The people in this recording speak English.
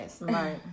Right